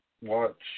watch